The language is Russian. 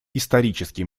исторический